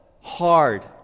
hard